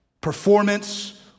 performance